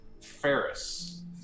Ferris